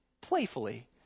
playfully